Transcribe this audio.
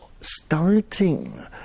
starting